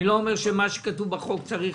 אני לא אומר שאת מה שכתוב בהצעת החוק צריך